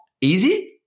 easy